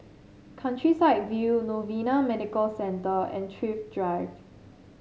Countryside View Novena Medical Centre and Thrift Drive